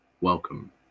welcome